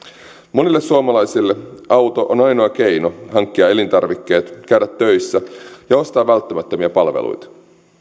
monille suomalaisille auto on ainoa keino hankkia elintarvikkeet käydä töissä ja ostaa välttämättömiä palveluita